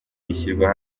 ishyirwa